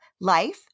life